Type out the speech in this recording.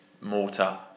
mortar